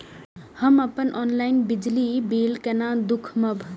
हम ऑनलाईन बिजली बील केना दूखमब?